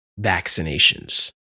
vaccinations